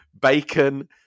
bacon